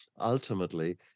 Ultimately